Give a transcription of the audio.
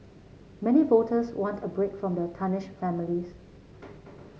many voters want a break from the tarnished families